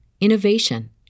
innovation